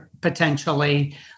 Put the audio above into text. potentially